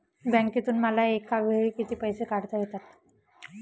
बँकेतून मला एकावेळी किती पैसे काढता येतात?